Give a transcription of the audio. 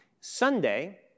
Sunday